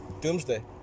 doomsday